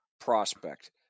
prospect